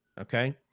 okay